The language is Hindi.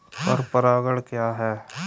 पर परागण क्या है?